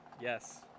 Yes